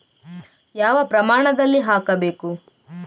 ಯಾವ ಪ್ರಮಾಣದಲ್ಲಿ ಹಾಕಬೇಕು?